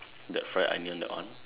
that fried onion that one